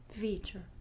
feature